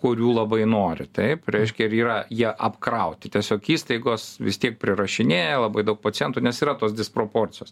kurių labai nori taip reiškia ir yra jie apkrauti tiesiog įstaigos vis tiek prirašinėja labai daug pacientų nes yra tos disproporcijos